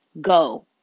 go